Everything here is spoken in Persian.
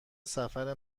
سفر